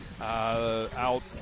out